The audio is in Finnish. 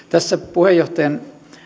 puheenjohtajan